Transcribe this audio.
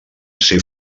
ser